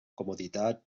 comoditat